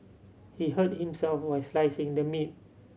he hurt himself while slicing the meat